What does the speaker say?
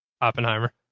Oppenheimer